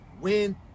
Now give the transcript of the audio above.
Win